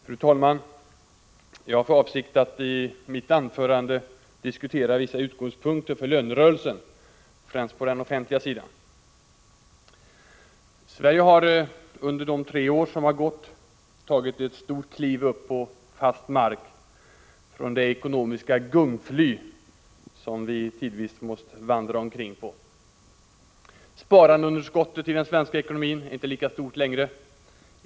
Fru talman! Jag har för avsikt att i mitt anförande diskutera vissa utgångspunkter för lönerörelsen, främst på den offentliga sidan. Sverige har under de tre senaste åren tagit ett stort kliv upp på fast mark från det ekonomiska gungfly som vi tidvis måst vandra omkring på. Sparandeunderskottet i den svenska ekonomin är inte lika stort längre.